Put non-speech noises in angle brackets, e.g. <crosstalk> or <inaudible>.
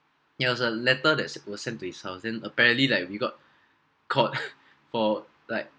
it was a letter that's were sent to his house then apparently like we got caught <laughs> for like